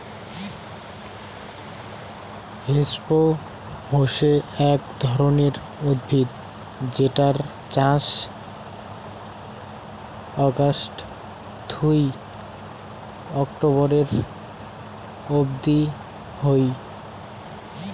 hemp হসে এক ধরণের উদ্ভিদ যেটার চাষ অগাস্ট থুই অক্টোবরের অব্দি হই